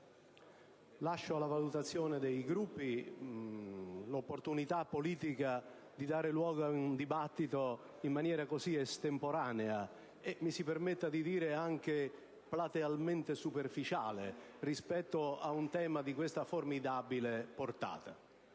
lascio alla valutazione dei Gruppi l'opportunità politica di dar luogo ad un dibattito in maniera così estemporanea, e mi si permetta di dire anche platealmente superficiale, rispetto a un tema di questa formidabile portata,